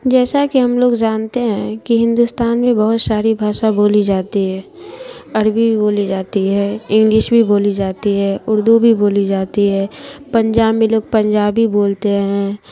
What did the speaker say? جیسا کہ ہم لوگ جانتے ہیں کہ ہندوستان میں بہت ساری بھاشا بولی جاتی ہے عربی بولی جاتی ہے انگلش بھی بولی جاتی ہے اردو بھی بولی جاتی ہے پنجاب میں لوگ پنجابی بولتے ہیں